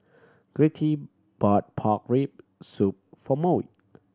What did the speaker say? Gertie bought pork rib soup for Maud